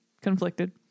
conflicted